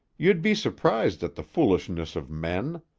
you'd be surprised at the foolishness of men.